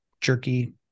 jerky